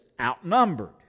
outnumbered